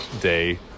day